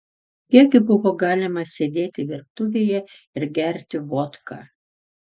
kiek gi buvo galima sėdėti virtuvėje ir gerti vodką